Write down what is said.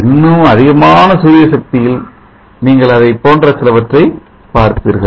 இன்னும் அதிகமான சூரிய சக்தியில் நீங்கள் அதைப் போன்ற சிலவற்றை பார்ப்பீர்கள்